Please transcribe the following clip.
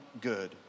good